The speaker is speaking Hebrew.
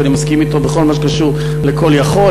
שאני מסכים אתו בכל מה שקשור ל"call יכול",